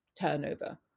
turnover